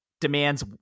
demands